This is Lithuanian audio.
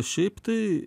šiaip tai